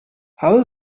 how